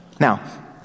Now